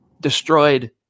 destroyed